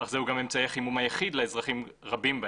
זהו אמצעי החימום היחיד לאזרחים רבים בהם.